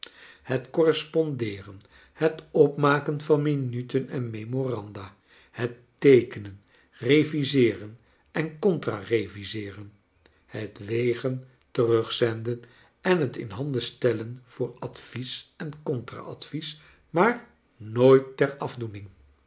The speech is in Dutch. het correspondeeren het opmaken van minuten en memoranda het teekenen reviseeren en contra reviseereu het wegen terugzenden en het in handen stellen voor advies en contra advies maar jiooit ter afdoening